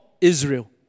Israel